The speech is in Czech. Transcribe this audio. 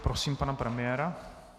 Prosím pana premiéra.